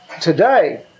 Today